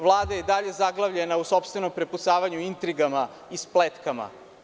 Vlada je i dalje zaglavljena u sopstvenom prepucavanju, intrigama i spletkama.